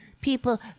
people